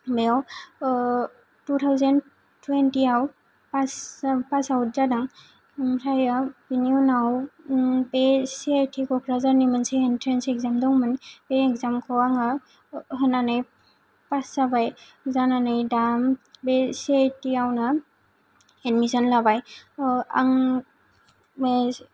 बेयाव two thousand टुवेनटियाव pass pass out जादों आमफ्राय बेनि उनाव बे सि आइ टि कक्राझारनि मोनसे एनट्रेन्स एग्जाम दंमोन बे एग्जामखौ आङो होनानै पास जाबाय जानानै दा बे सि आइ टियावनो एडमिशन लाबाय आं